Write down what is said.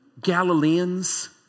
Galileans